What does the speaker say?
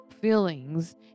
feelings